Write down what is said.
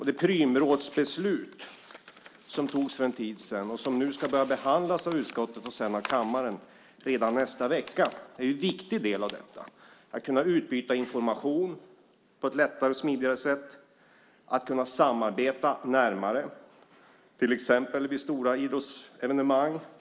Det Prümrådsbeslut som fattades för en tid sedan, som nu ska börja behandlas av utskottet och sedan av kammaren redan nästa vecka, är en viktig del av detta. Det handlar om att utbyta information på ett lättare och smidigare sätt samt att ha ett nära samarbete, till exempel vid stora idrottsevenemang.